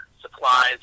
supplies